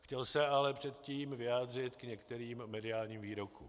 Chtěl se ale předtím vyjádřit k některým mediálním výrokům.